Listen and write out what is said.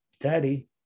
Daddy